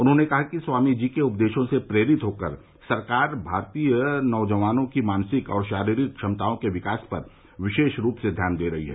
उन्होंने कहा कि स्वामी जी के उपदेशों से प्रेरित होकर सरकार भारतीय नौजवानों की मानसिक और शारीरिक क्षमताओं के विकास पर विशेष रूप से ध्यान दे रही है